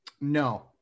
No